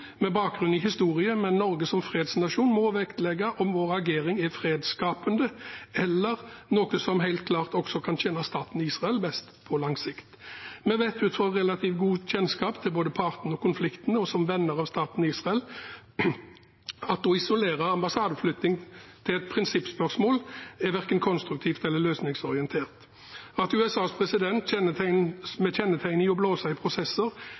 Med bakgrunn i historien med Norge som fredsnasjon må en vektlegge om vår agering er fredsskapende eller noe som helt klart også kan tjene staten Israel best på lang sikt. Vi vet ut fra relativ god kjennskap til både partene og konflikten og som venner av staten Israel at å isolere ambassadeflytting til et prinsippspørsmål verken er konstruktivt eller løsningsorientert. At USAs president kjent for å blåse i prosesser valgte flytting av postadresse og status fra ambassaden i